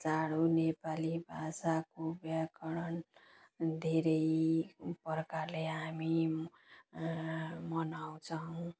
चाड हो नेपाली भाषाको व्याकरण धेरै प्रकारले हामी मनाउँछौँ